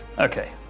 Okay